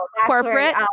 corporate